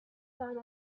down